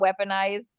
weaponized